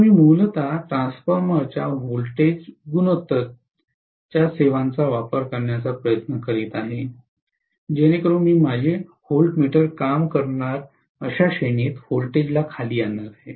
तर मी मूलत ट्रान्सफॉर्मरच्या व्होल्टेज गुणोत्तर च्या सेवांचा वापर करण्याचा प्रयत्न करीत आहे जेणेकरून मी माझे व्होल्टमीटर काम करणार अशा श्रेणीत व्होल्टेजला खाली आणणार आहे